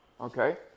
Okay